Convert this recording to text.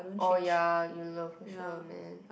oh ya you love for sure man